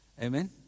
Amen